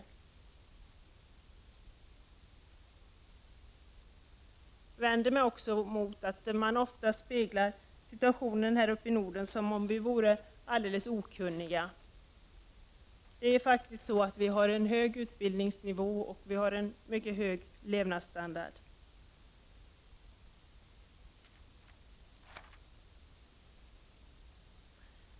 Jag vänder mig också mot att man ofta speglar situationen här uppe i Norden som om vi vore alldeles okunniga. Vi har faktiskt en hög utbildningsnivå och en mycket hög levnadsstandard.